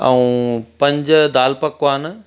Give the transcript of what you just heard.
ऐं पंज दाल पकवान